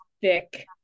thick